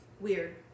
Weird